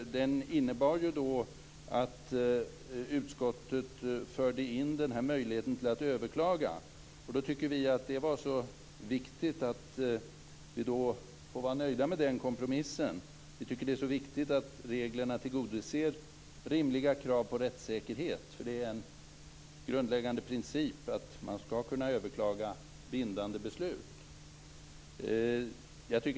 Den innebar att utskottet förde in möjligheten att överklaga. Vi var nöjda med den kompromissen. Vi tyckte att det var viktigt att reglerna tillgodoser rimliga krav på rättssäkerhet. Det är en grundläggande princip att kunna överklaga bindande beslut.